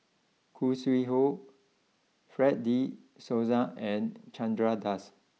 Khoo Sui Hoe Fred De Souza and Chandra Das